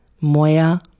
Moya